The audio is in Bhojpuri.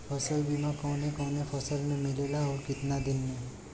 फ़सल बीमा कवने कवने फसल में मिलेला अउर कितना दिन में?